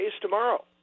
tomorrow